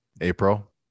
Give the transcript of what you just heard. April